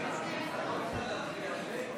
(קורא בשמות חברי הכנסת)